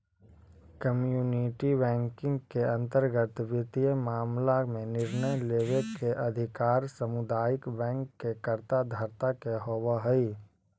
community banking के अंतर्गत वित्तीय मामला में निर्णय लेवे के अधिकार सामुदायिक बैंक के कर्ता धर्ता के होवऽ हइ